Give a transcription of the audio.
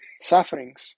sufferings